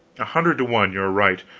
a hundred to one you are right.